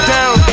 Down